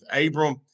Abram